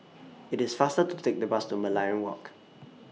IT IS faster to Take The Bus to Merlion Walk